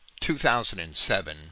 2007